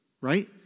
right